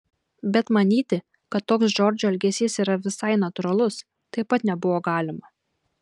bet manyti kad toks džordžo elgesys yra visai natūralus taip pat nebuvo galima